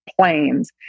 planes